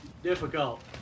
Difficult